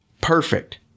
perfect